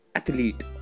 athlete